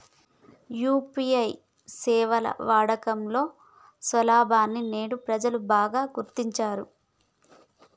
UPI సేవల వాడకంలో సౌలభ్యాన్ని నేడు ప్రజలు బాగా గుర్తించారు